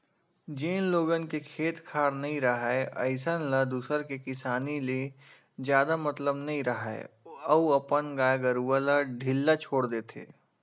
जेन लोगन के खेत खार नइ राहय अइसन ल दूसर के किसानी ले जादा मतलब नइ राहय अउ अपन गाय गरूवा ल ढ़िल्ला छोर देथे